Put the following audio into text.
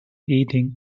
eating